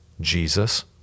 Jesus